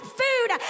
food